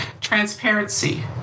Transparency